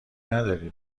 نداری